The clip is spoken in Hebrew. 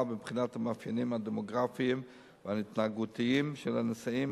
ובבחינת המאפיינים הדמוגרפיים וההתנהגותיים של הנשאים